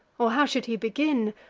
or how should he begin?